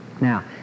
Now